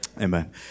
Amen